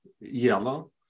yellow